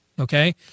okay